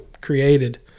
created